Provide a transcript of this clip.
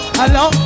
hello